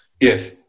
Yes